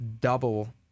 double